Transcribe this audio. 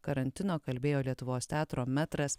karantino kalbėjo lietuvos teatro metras